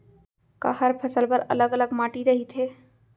का हर फसल बर अलग अलग माटी रहिथे?